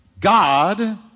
God